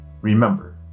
Remember